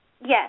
Yes